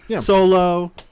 Solo